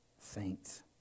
saints